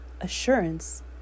Assurance